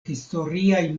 historiaj